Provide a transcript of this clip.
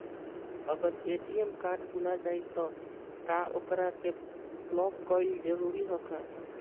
अगर ATM card भूला जाए त का ओकरा के बलौक कैल जरूरी है का?